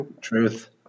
Truth